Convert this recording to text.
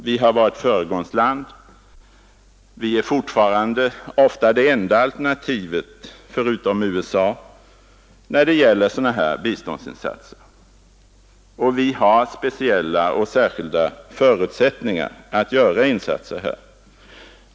Vi har varit ett föregångsland, och Sverige är fortfarande ofta det enda alternativet förutom USA när det gäller dylika biståndsinsatser. Vi har också särskilda förutsättningar att här göra insatser.